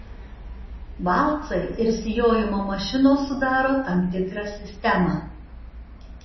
valcai ir sijojimo mašinos sudaro tam tikrą sistemą